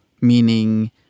meaning